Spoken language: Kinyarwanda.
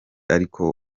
ariko